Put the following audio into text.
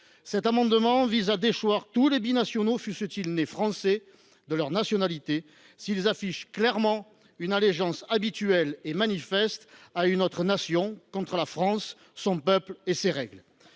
Cet amendement vise donc à déchoir tous les binationaux, fussent ils nés Français, de leur nationalité s’ils affichent clairement une allégeance habituelle et manifeste à une autre nation contre la France, son peuple et ses règles.